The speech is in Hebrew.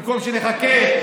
במקום שנחכה.